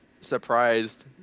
surprised